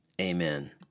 Amen